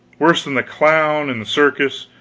worse than the clown in the circus.